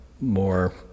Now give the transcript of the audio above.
more